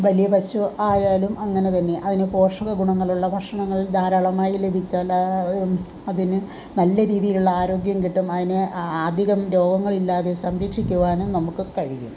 വലിയ പശു ആയാലും അങ്ങനെ തന്നെയാണ് അതിന് പോഷക ഗുണങ്ങളുള്ള ഭക്ഷണങ്ങൾ ധാരാളമായി ലഭിച്ചാൽ അത് അതിന് നല്ല രീതീലുള്ള ആരോഗ്യം കിട്ടും അതിന് ആ അധികം രോഗങ്ങളില്ലാതെ സംരക്ഷിക്കുവാനും നമുക്ക് കഴിയും